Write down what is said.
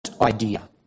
idea